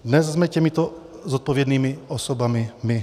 Dnes jsme těmito zodpovědnými osobami my.